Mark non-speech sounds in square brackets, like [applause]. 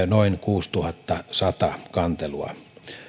[unintelligible] noin kuusituhattasata kantelua